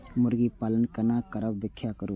मुर्गी पालन केना करब व्याख्या करु?